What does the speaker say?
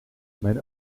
mijn